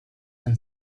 and